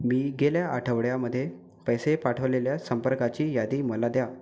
मी गेल्या आठवड्यामध्ये पैसे पाठवलेल्या संपर्काची यादी मला द्या